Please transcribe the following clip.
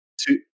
Two